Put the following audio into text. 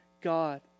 God